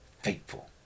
faithful